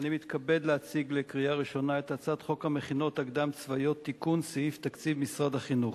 אני קובעת שהצעת חוק יסודות התקציב (תיקון מס'